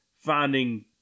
finding